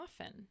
often